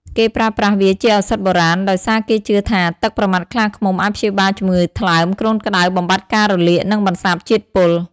គេប្រើប្រាស់វាជាឱសថបុរាណ ដោយសារគេជឿថា ទឹកប្រមាត់ខ្លាឃ្មុំអាចព្យាបាលជំងឺថ្លើម គ្រុនក្តៅ បំបាត់ការរលាក និងបន្សាបជាតិពុល។